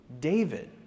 David